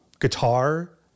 guitar